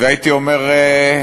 והייתי אומר: